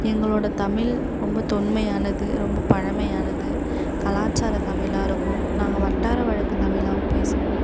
எங்களோடய தமிழ் ரொம்ப தொன்மையானது ரொம்ப பழமையானது கலாச்சார தமிழா இருக்கும் நாங்கள் வட்டார வழக்கு தமிழாவும் பேசுவோம்